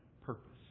purpose